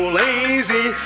lazy